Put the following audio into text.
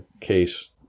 case